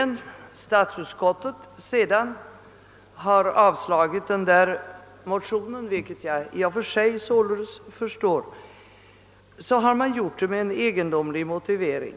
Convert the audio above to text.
När statsutskottet sedan har avstyrkt detta motionspar — vilket jag således i och för sig förstår — har det anfört en egendomlig motivering.